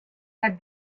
had